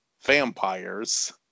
vampires